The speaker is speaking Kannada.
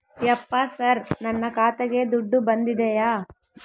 ಯಪ್ಪ ಸರ್ ನನ್ನ ಖಾತೆಗೆ ದುಡ್ಡು ಬಂದಿದೆಯ?